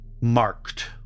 marked